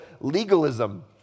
legalism